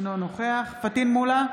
אינו נוכח פטין מולא,